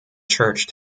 church